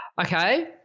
Okay